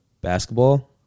basketball